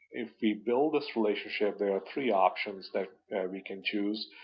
if we build this relationship there are three options that we can choose.